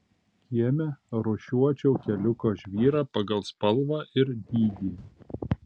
kieme rūšiuočiau keliuko žvyrą pagal spalvą ir dydį